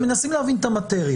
אנחנו מנסים להבין את המטריה.